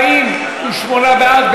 48 בעד,